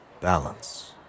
Balance